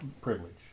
privilege